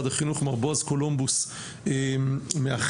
מר בעז קולומבוס מהחמ"ד,